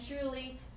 truly